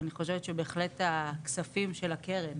אני חושבת שבהחלט הכספים של הקרן